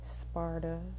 Sparta